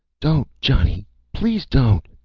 don't, johnny please don't!